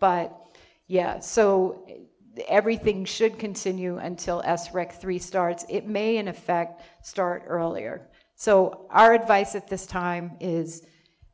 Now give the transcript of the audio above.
but yes so everything should continue until s wreck three starts it may in effect start earlier so our advice at this time is